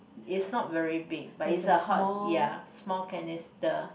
it's not very big but it's a hot ya small canister